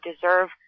deserve